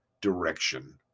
Direction